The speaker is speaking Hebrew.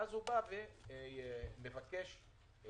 ואז הם באים ומבקשים לזכות.